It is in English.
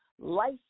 life